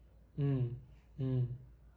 mm mm